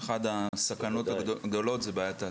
אחת הסכנות הגדולות זו בעיית הסניטציה,